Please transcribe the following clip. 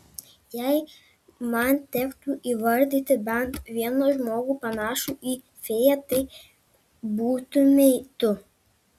jei man tektų įvardyti bent vieną žmogų panašų į fėją tai būtumei tu